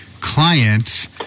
clients